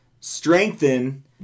strengthen